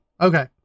Okay